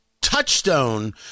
touchstone